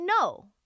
no